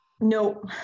No